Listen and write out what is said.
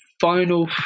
final